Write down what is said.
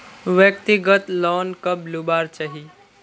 व्यक्तिगत लोन कब लुबार चही?